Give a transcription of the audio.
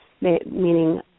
meaning